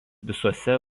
visuose